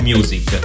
Music